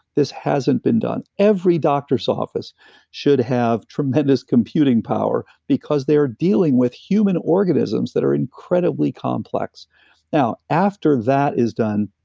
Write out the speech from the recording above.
this hasn't been done. every doctor's office should have tremendous computing power, because they are dealing with human organisms that are incredibly complex now, after that is done,